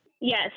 Yes